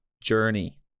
journey